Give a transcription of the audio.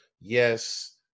yes